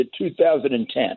2010